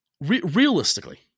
realistically